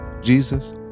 Jesus